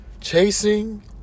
chasing